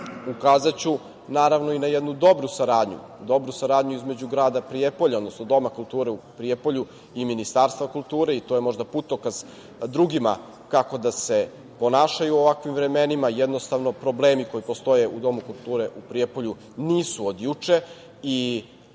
dobru saradnju, dobru saradnju između grada Prijepolja, odnosno Doma kulture u Prijepolju i Ministarstva kulture i to je možda putokaz drugima kako da se ponašaju u ovakvim vremenima. Jednostavno, problemi koji postoje u Domu kulture u Prijepolju nisu od juče i